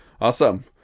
Awesome